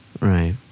Right